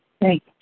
Thank